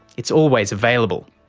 it's always available.